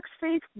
faith